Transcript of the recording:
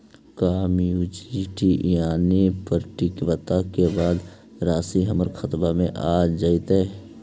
का मैच्यूरिटी यानी परिपक्वता के बाद रासि हमर खाता में आ जइतई?